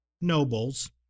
nobles